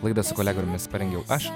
laidą su kolegomis parengiau aš